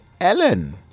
Ellen